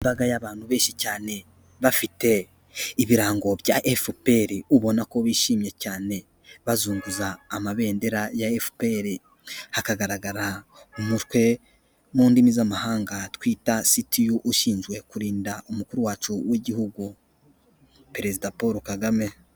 Imbaga y'abantu benshi cyane bafite ibirango bya FPR, ubona ko bishimye cyane bazunguza amabendera ya FPR, hakagaragara umutwe mu ndimi z'amahanga twita CTU ushinzwe kurinda umukuru wacu w'igihugu perezida Paul Kagame.